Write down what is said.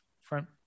front